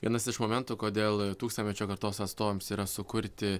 vienas iš momentų kodėl tūkstantmečio kartos atstovams yra sukurti